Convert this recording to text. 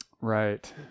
Right